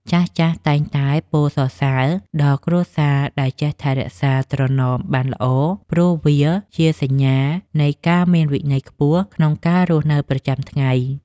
ចាស់ៗតែងតែពោលសរសើរដល់គ្រួសារដែលចេះថែរក្សាត្រណមបានល្អ ព្រោះវាជាសញ្ញានៃការមានវិន័យខ្ពស់ក្នុងការរស់នៅប្រចាំថ្ងៃ។